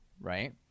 right